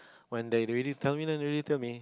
when they ready to tell me then they ready to tell me